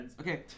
Okay